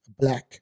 black